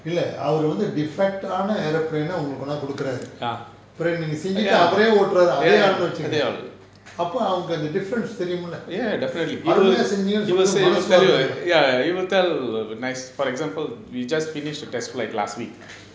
இல்ல அவரு வந்து:illa avaru vanthu defect ஆன:aana aeroplane ஐ உங்களுக்கு கொண்ணந்து கொடுக்குறாரு பிறகு நீங்க செஞ்சிட்டு அவரே ஓட்டுறாரு அதே ஆளுன்னு வச்சிங்க அப்ப அவங்க அந்த:ai ungalukku konnanthu kodukkuraaru piragu neenga senjittu avare otturaaru athe aalunnu vachinaa appe avanga antha difference தெரியும்ல அருமையா சென்ஜீங்கனு சொல்றதுக்கு மனசு வரோணும்:theriyumla arumaya senjeenganu solrathukku manasu varonum